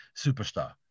superstar